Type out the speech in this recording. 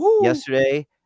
Yesterday